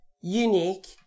unique